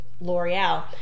L'Oreal